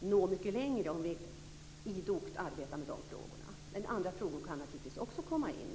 nå mycket längre om vi idogt arbetar med de frågorna. Men andra frågor kan naturligtvis också komma in.